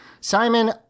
Simon